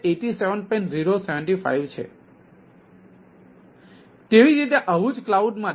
તે જ રીતે આવું જ કલાઉડ માટે 52